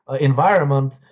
environment